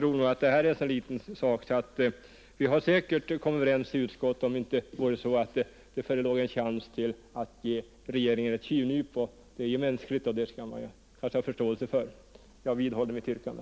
Denna sak är ganska liten, och vi hade säkert kommit överens i utskottet, om det inte vore så att det förelåg en möjlighet att ge regeringen ett tjuvnyp. Det är ju mänskligt att man då tar chansen, och vi får väl ha förståelse för det. Jag vidhåller mitt yrkande.